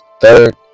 Third